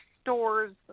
stores